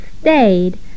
stayed